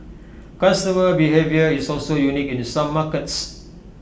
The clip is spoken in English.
customer behaviour is also unique in some markets